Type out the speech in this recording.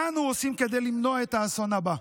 מה אנו עושים כדי למנוע את האסון הבא?